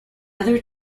other